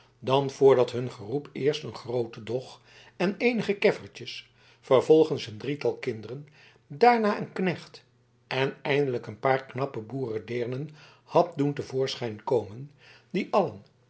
dan voordat hun geroep eerst een grooten dog en eenige keffertjes vervolgens een drietal kinderen daarna een knecht en eindelijk een paar knappe boerendeernen had doen te voorschijn komen die allen